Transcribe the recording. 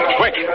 quick